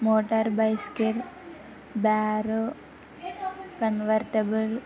motor bicycle బ్యార convertible